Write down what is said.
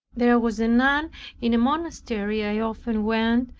there was a nun in a monastery i often went